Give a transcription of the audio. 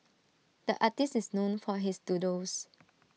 the artist is known for his doodles